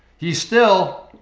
he's still